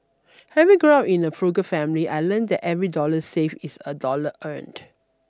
having grown up in a frugal family I learnt that every dollar saved is a dollar earned